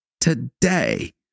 Today